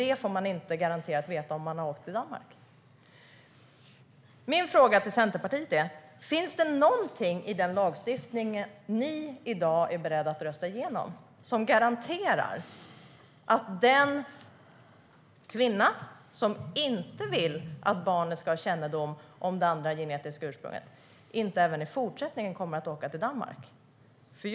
Det får man inte garanterat veta om kvinnan har gjort inseminationen i Danmark. Min fråga till Centerpartiet är: Finns det någonting i den lagstiftning som ni är beredda att rösta igenom i dag som garanterar att den kvinna som inte vill att barnet ska ha kännedom om det andra genetiska ursprunget inte kommer att åka till Danmark även i fortsättningen?